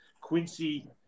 Quincy